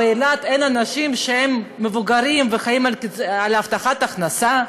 באילת אין אנשים שהם מבוגרים וחיים על הבטחת הכנסה?